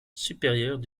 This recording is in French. supérieure